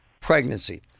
pregnancy